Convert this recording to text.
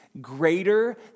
greater